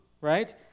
right